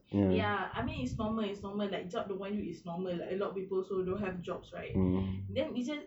ya I mean it's normal it's normal like job don't want you is normal lah a lot of people so don't have jobs right then